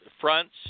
fronts